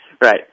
right